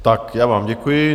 Tak já vám děkuji.